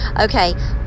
Okay